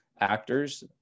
actors